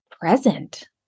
present